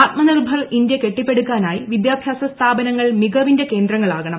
Atmanirbhar India കെട്ടിപ്പടുക്കാനായി വിദ്യാഭ്യാസ സ്ഥാപനങ്ങൾ മികവിന്റെ കേന്ദ്രങ്ങളാകണം